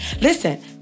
Listen